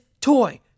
toy